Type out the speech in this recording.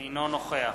אינו נוכח